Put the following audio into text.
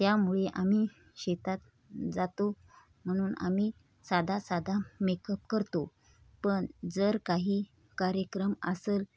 त्यामुळे आम्ही शेतात जातो म्हणून आम्ही साधा साधा मेकअप करतो पण जर काही कार्यक्रम असेल